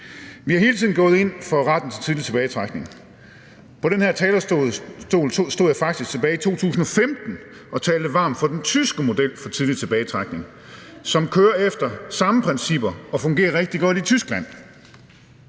Vi har hele tiden gået ind for retten til tidlig tilbagetrækning. På den her talerstol stod jeg faktisk tilbage i 2015 og talte varmt for den tyske model for tidlig tilbagetrækning, som kører efter samme principper og fungerer rigtig godt i Tyskland.